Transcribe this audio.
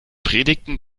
predigten